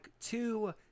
two